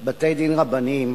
בתי-דין רבניים